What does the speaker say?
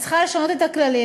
היא צריכה לשנות את הכללים,